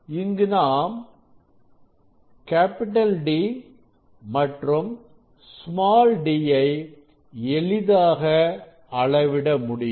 இங்கு நாம் D மற்றும் d ஐ எளிதாக அளவிட முடியும்